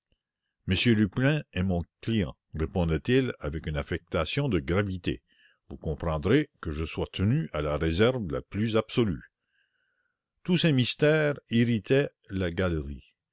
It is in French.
m lupin est mon client répondait-il avec une affectation de gravité vous comprendrez que je sois tenu à la réserve la plus absolue tous ces mystères irritaient la galerie